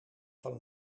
van